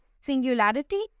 singularity